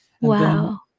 Wow